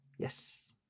Yes